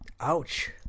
Ouch